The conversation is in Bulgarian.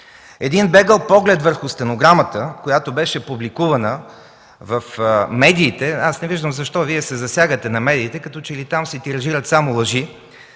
Един бегъл поглед върху стенограмата, която беше публикувана в медиите(не виждам защо Вие се засягате на медиите, като че ли там се тиражират само лъжи),